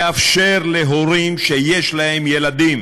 לאפשר להורים שיש להם ילדים